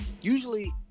Usually